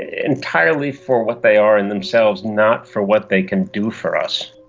entirely for what they are in themselves, not for what they can do for us.